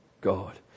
God